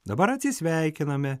dabar atsisveikiname